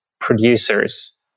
producers